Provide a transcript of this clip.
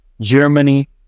Germany